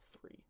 three